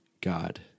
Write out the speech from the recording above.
God